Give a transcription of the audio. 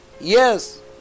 Yes